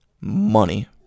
money